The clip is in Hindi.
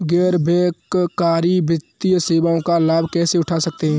गैर बैंककारी वित्तीय सेवाओं का लाभ कैसे उठा सकता हूँ?